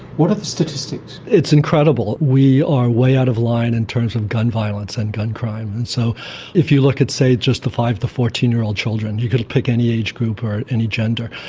what are the statistics? it's incredible. we are way out of line in terms of gun violence and gun crime. and so if you look at, say, just the five to fourteen year old children, you could pick any age group or any gender,